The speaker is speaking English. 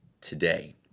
today